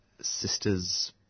sister's